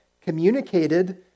Communicated